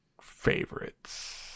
favorites